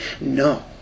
No